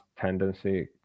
tendency